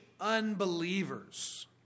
unbelievers